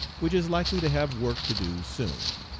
which is likely to have work to do soon,